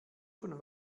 von